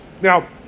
Now